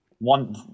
one